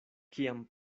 kiam